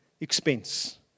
expense